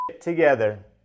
together